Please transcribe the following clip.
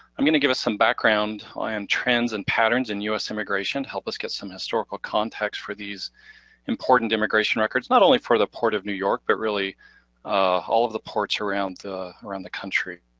i'm gonna give us some background on ah and trends and patterns in us immigration, help us get some historical context for these important immigration records. not only for the port of new york, but really all of the ports around the around the country.